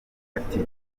ati